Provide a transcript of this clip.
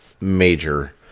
major